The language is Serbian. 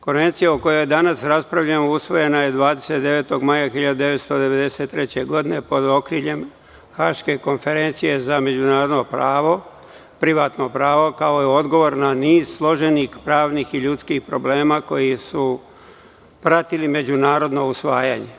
Konvencija o kojoj danas raspravljamo usvojena je 29. maja 1993. godine pod okriljem Haške konferencije za međunarodno pravo, privatno pravo kao odgovor na niz složenih pravnih i ljudskih problema koji su pratili međunarodna usvajanja.